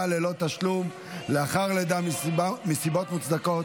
ללא תשלום לאחר לידה מסיבות מוצדקות),